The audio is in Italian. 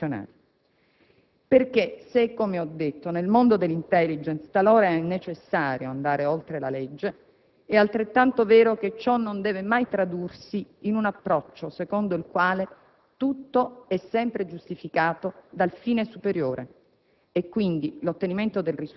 Sappiamo altresì che nell'interesse supremo della Nazione, talvolta è necessario andare non contro la legge quanto oltre la legge. Questo tema, molto serio, nel provvedimento è stato affrontato con l'introduzione dell'articolo sulle garanzie funzionali.